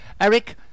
Eric